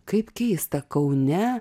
kaip keista kaune